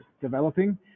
developing